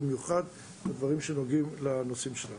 במיוחד בדברים שנוגעים לנושאים שלנו.